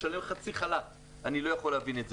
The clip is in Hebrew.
ותשלם חצי חל"ת אני לא יכול להבין את זה.